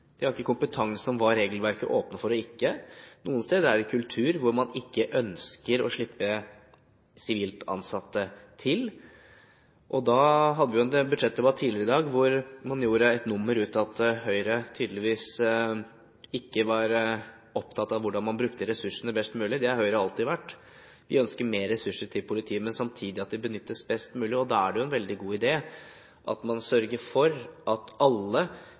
hvor man ikke ønsker å slippe sivilt ansatte til. Vi hadde en budsjettdebatt tidligere i dag hvor det ble gjort et nummer av at Høyre tydeligvis ikke var opptatt av hvordan man brukte ressursene best mulig – det har Høyre alltid vært. Vi ønsker mer ressurser til politiet, men samtidig at de benyttes best mulig. Da er det en veldig god idé at man sørger for at alle